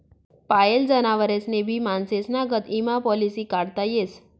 पायेल जनावरेस्नी भी माणसेस्ना गत ईमा पालिसी काढता येस